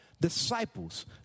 disciples